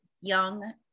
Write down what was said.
Young